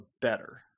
better